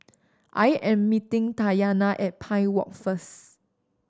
I am meeting Tatyanna at Pine Walk first